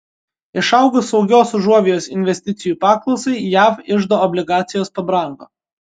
išaugus saugios užuovėjos investicijų paklausai jav iždo obligacijos pabrango